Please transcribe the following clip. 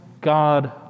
God